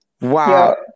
Wow